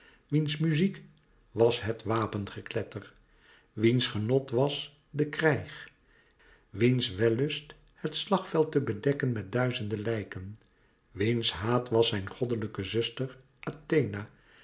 wiens muziek was het wapengekletter wiens genot was de krijg wiens wellust het slagveld te bedekken met duizende lijken wiens haat was zijn goddelijke zuster athena